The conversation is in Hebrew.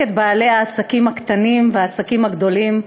את בעלי העסקים הקטנים והעסקים הגדולים,